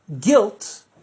Guilt